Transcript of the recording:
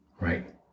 right